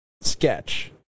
sketch